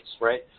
right